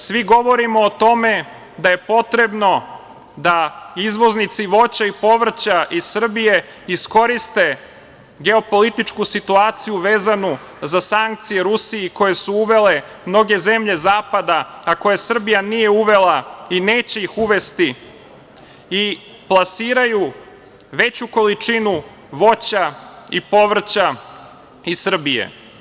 Svi govorimo o tome da je potrebno da izvoznici voća i povrća iz Srbije iskoriste geopolitičku situaciju vezanu za sankcije Rusiji koje su uvele mnoge zemlje zapada, a koje Srbija nije uvela i neće ih uvesti i plasiraju veću količinu voća i povrća iz Srbije.